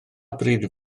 bryd